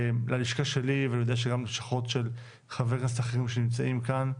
ללשכה שלי ואני יודע שגם ללשכות של חברי כנסת אחרים שנמצאים כאן,